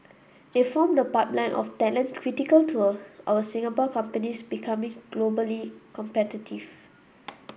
they form the pipeline of talent critical to our Singapore companies becoming globally competitive